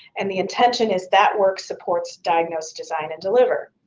and the intention is that work supports diagnose, design, and deliver.